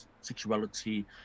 sexuality